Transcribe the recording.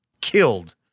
killed